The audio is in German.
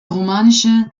romanische